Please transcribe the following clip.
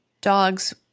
dogs